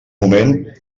moment